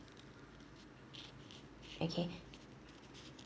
okay